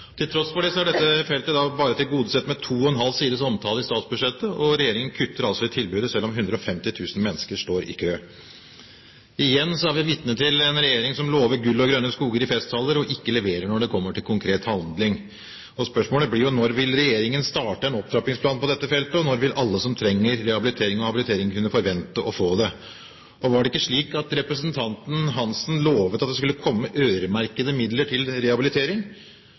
Til tross for det er dette feltet bare tilgodesett med to og en halv sides omtale i statsbudsjettet, og regjeringen kutter altså i tilbudet selv om 150 000 mennesker står i kø. Igjen er vi vitne til en regjering som lover gull og grønne skoger i festtaler, og ikke leverer når det kommer til konkret handling. Spørsmålet blir: Når vil regjeringen starte en opptrappingsplan på dette feltet? Når vil alle som trenger rehabilitering og habilitering, kunne forvente å få det? Og var det ikke slik at representanten Hansen lovet at det skulle komme øremerkede midler til rehabilitering?